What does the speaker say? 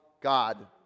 God